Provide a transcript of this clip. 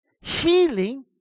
healing